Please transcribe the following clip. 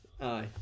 aye